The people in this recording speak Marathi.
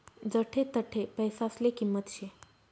जठे तठे पैसासले किंमत शे